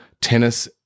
tennis